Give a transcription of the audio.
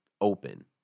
open